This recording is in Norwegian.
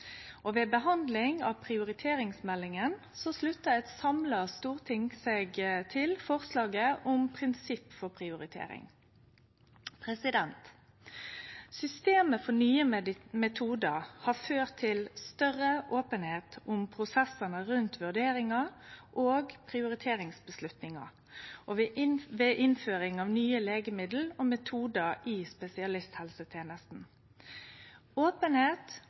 helsevesenet. Ved behandlinga av prioriteringsmeldinga slutta eit samla storting seg til forslaget om prinsipp for prioritering. Systemet for nye metodar har ført til større openheit om prosessane rundt vurderingar og prioriteringsavgjerder ved innføring av nye legemiddel og metodar i